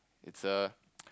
it's a